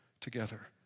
together